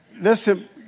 Listen